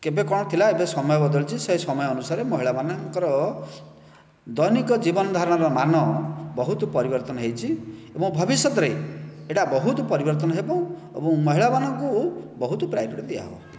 କେବେ କ'ଣ ଥିଲା ଏବେ ସମୟ ବଦଳିଛି ସେ ସମୟ ଅନୁସାରେ ମହିଳାମାନଙ୍କର ଦୈନିକ ଜୀବନ ଧାରଣର ମାନ ବହୁତ ପରିବର୍ତ୍ତନ ହୋଇଛି ଏବଂ ଭବିଷ୍ୟତରେ ଏହିଟା ବହୁତ ପରିବର୍ତ୍ତନ ହେବ ଏବଂ ମହିଳା ମାନଙ୍କୁ ବହୁତ ପ୍ରାୟୋରୀଟି ଦିଆହେବ